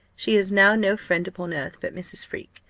she has now no friend upon earth but mrs. freke,